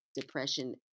depression